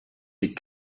des